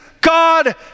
God